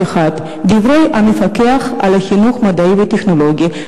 אחד: דברי המפקח על החינוך המדעי והטכנולוגי,